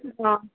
ନା